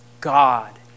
God